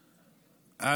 אתה,